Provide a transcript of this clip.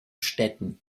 städten